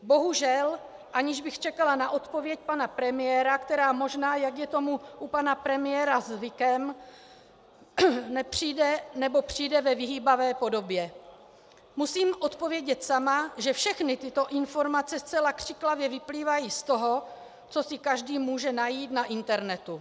Bohužel, aniž bych čekala na odpověď pana premiéra, která možná, jak je tomu u pana premiéra zvykem, nepřijde, nebo přijde ve vyhýbavé podobě, musím odpovědět sama, že všechny tyto informace zcela křiklavě vyplývají z toho, co si každý může najít na internetu.